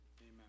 Amen